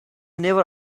never